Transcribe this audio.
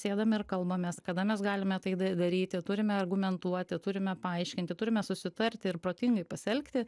sėdam ir kalbamės kada mes galime tai daryti turime argumentuoti turime paaiškinti turime susitarti ir protingai pasielgti